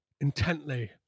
intently